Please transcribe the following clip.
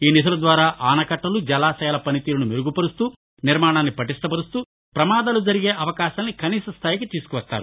ఈ నిధుల ద్వారా ఆనకట్టలు జలాశయాల పనితీరును మెరుగుపరుస్తూ నిర్మాణాన్ని పటిష్ఠపరుస్తూ ప్రమాదాలు జరిగే అవకాశాలను కనీస స్థాయికి తీసుకువస్తారు